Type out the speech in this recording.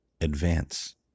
advance